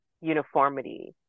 uniformity